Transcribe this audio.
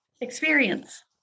experience